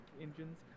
engines